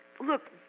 look